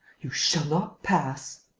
you shall not pass!